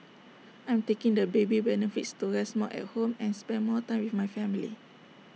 I'm taking the baby benefits to rest more at home and spend more time with my family